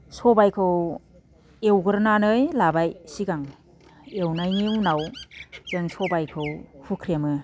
सबायखौ एवग्रोनानै लाबाय सिगां एवनायनि उनाव जों सबायखौ हुख्रेमो